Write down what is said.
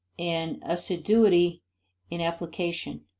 and assiduity in application,